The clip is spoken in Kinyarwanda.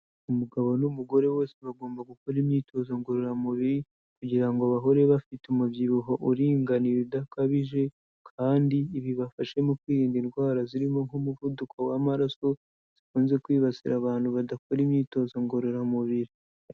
Umugabo n'umugore bose bagomba gukora imyitozo ngororamubiri kugira ngo bahore bafite umubyibuho uringaniye udakabije kandi bibafashe mu kwirinda indwara zirimo nk'umuvuduko w'amaraso, zikunze kwibasira abantu badakora imyitozo ngororamubiri.